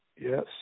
Yes